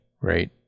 right